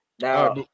Now